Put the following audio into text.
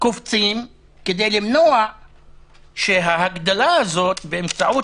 קופצים כדי למנוע שההגדלה הזאת באמצעות